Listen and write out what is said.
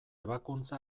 ebakuntza